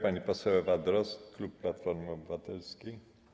Pani poseł Ewa Drozd, klub Platforma Obywatelska.